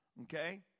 Okay